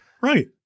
Right